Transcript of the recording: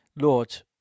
Lord